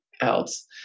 else